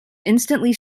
instantly